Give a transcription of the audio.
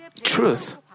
truth